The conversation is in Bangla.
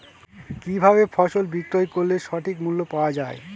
কি ভাবে ফসল বিক্রয় করলে সঠিক মূল্য পাওয়া য়ায়?